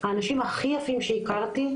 האנשים הכי יפים שהכרתי,